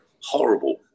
horrible